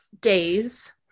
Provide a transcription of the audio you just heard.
days